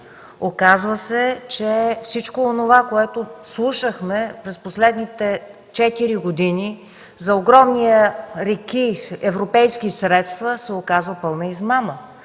Оказва се, че всичко онова, което слушахме през последните четири години за огромни реки европейски средства се оказва пълна измама,